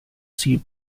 sea